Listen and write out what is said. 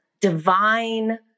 divine